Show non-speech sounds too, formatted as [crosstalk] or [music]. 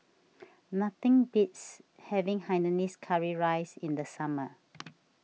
nothing beats having Hainanese Curry Rice in the summer [noise]